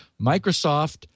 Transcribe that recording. Microsoft